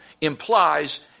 implies